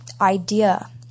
idea